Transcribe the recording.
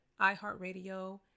iHeartRadio